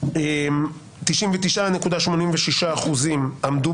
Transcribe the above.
99.86% עמדו